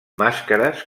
màscares